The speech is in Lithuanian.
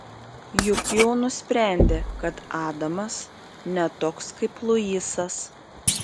juk jau nusprendė kad adamas ne toks kaip luisas